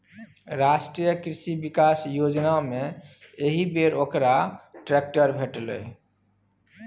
राष्ट्रीय कृषि विकास योजनामे एहिबेर ओकरा ट्रैक्टर भेटलै